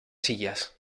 sillas